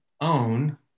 own